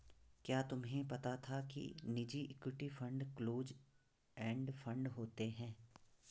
क्या तुम्हें पता था कि निजी equity fund close end fund होते हैं?